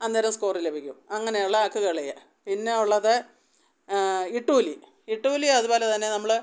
അന്നേരം സ്കോറ് ലഭിക്കും അങ്ങനെയുള്ള അക്ക് കളികൾ പിന്നെ ഉള്ളത് ഇട്ടൂലി ഇട്ടൂലി അതുപോലെ തന്നെ നമ്മൾ